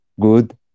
good